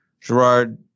Gerard